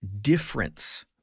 difference